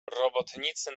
robotnicy